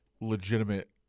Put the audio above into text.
legitimate